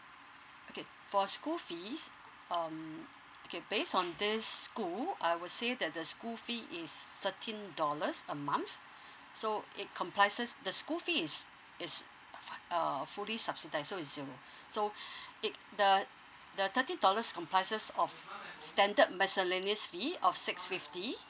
okay for school fees um okay based on this school I will say that the school fee is thirteen dollars a month so it comprises the school fee is is fa~ err fully subsidised so is zero so it the the thirteen dollars comprises of standard miscellaneous fee of six fifty